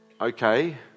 Okay